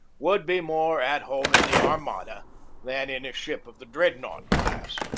would be more at home in the armada than in a ship of the dreadnought class.